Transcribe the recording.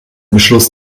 beschluss